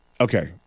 Okay